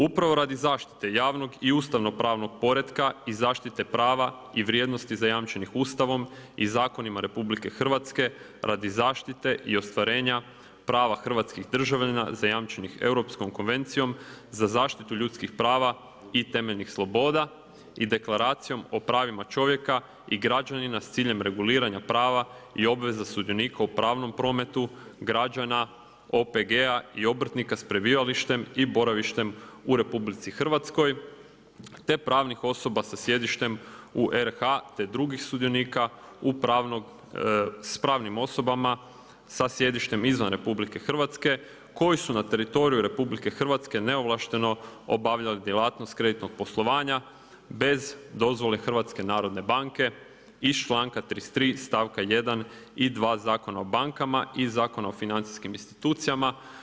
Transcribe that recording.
Upravo radi zaštite javnog i ustavnopravnog poretka i zaštite prava i vrijednosti zajamčenih Ustavom i zakonima RH radi zaštite i ostvarenja prava hrvatskih državljana zajamčenih Europskom konvencijom za zaštitu ljudskih prava i temeljnih sloboda i Deklaracijom o pravima čovjeka i građanina sa ciljem reguliranja prava i obveza sudionika u pravnom prometu, građana, OPG-a i obrtnika sa prebivalištem i boravištem u RH te pravnih osoba sa sjedištem u RH te drugim sudionika sa pravnim osobama sa sjedištem izvan RH koji su na teritoriju RH neovlašteno obavljali djelatnost kreditnog poslovanja bez dozvole HNB-a iz članka 33 stavka 1. i 2., Zakona o bankama i Zakona o financijskim institucijama.